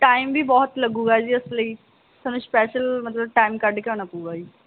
time ਵੀ ਬਹੁਤ ਲੱਗੇਗਾ ਜੀ ਉਸ ਲਈ ਤੁਹਾਨੂੰ ਸਪੈਸ਼ਲ ਮਤਲਬ ਟਾਈਮ ਕੱਢ ਕੇ ਆਉਣਾ ਪਊਗਾ ਜੀ